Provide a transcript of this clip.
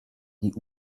die